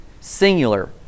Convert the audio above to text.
singular